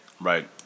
Right